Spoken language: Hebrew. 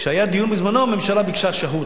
כשהיה דיון בזמנו, הממשלה ביקשה שהות.